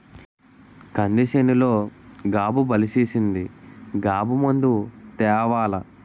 కంది సేనులో గాబు బలిసీసింది గాబు మందు తేవాల